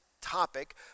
topic